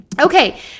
Okay